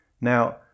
Now